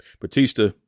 Batista